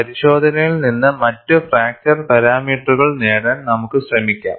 പരിശോധനയിൽ നിന്ന് മറ്റ് ഫ്രാക്ചർ പാരാമീറ്ററുകൾ നേടാൻ നമുക്ക് ശ്രമിക്കാം